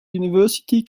university